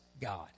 God